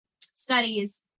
studies